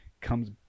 comes